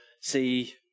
see